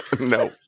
No